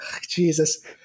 Jesus